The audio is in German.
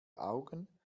augen